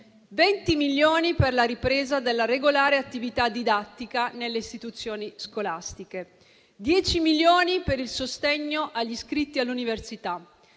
20 milioni per la ripresa della regolare attività didattica nelle istituzioni scolastiche; 10 milioni per il sostegno agli iscritti all'università,